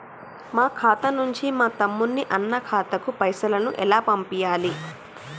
మా ఖాతా నుంచి మా తమ్ముని, అన్న ఖాతాకు పైసలను ఎలా పంపియ్యాలి?